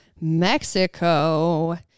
Mexico